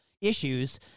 issues